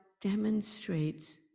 demonstrates